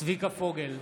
צביקה פוגל,